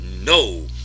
no